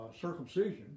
circumcision